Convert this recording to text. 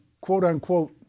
quote-unquote